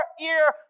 ear